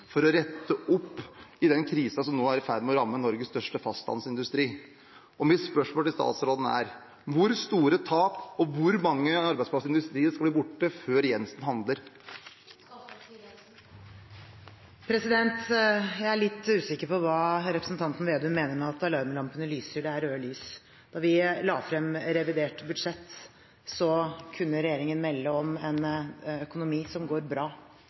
for å rette opp i den krisen som nå er i ferd med å ramme Norges største fastlandsindustri. Mitt spørsmål til statsråden er: Hvor store tap og hvor mange arbeidsplasser i industrien skal bli borte før Jensen handler? Jeg er litt usikker på hva representanten Slagsvold Vedum mener med at alarmlampene lyser og at det er røde lys. Da vi la frem revidert budsjett, kunne regjeringen melde om en økonomi som går bra.